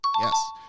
Yes